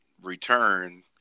return